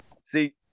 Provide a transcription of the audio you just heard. see